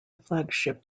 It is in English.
flagship